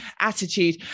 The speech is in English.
attitude